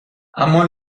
اما